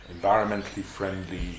environmentally-friendly